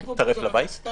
אני מייצג פה היום